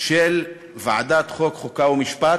של ועדת החוקה, חוק ומשפט,